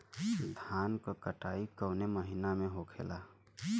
धान क कटाई कवने महीना में होखेला?